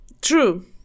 true